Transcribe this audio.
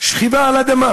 שכיבה על האדמה.